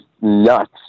nuts